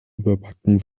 überbacken